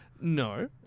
No